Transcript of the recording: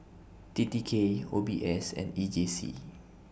T T K O B S and E J C